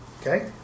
Okay